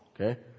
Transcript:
okay